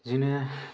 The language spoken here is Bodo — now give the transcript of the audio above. बिदिनो